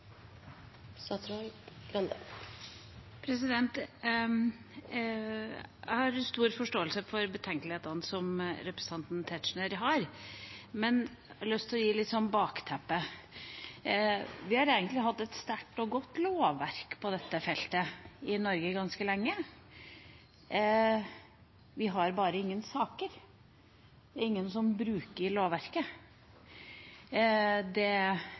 Jeg har stor forståelse for betenkelighetene som representanten Tetzschner har, men jeg har lyst til å komme med et bakteppe. Vi har egentlig hatt et sterkt og godt lovverk på dette feltet i Norge ganske lenge. Vi har bare ingen saker, det er ingen som bruker lovverket. Det